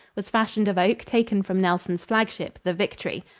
was fashioned of oak taken from nelson's flagship, the victory.